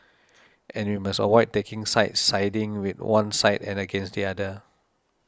and we must avoid taking sides siding with one side and against the other